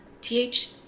th